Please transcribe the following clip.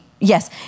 yes